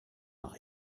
nach